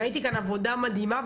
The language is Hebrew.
ראיתי כאן עבודה מדהימה,